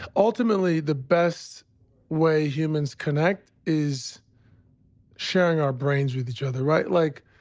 ultimately the best way humans connect is sharing our brains with each other. right? like,